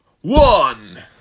one